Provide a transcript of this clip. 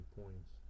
points